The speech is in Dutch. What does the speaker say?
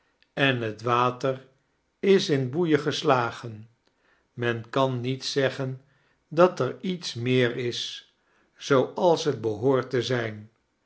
en het water is in boeien geelagen men kan niet zeggen dat er iets meer is zooals het behoort te zijn